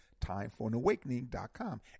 timeforanawakening.com